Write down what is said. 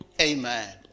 Amen